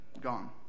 Gone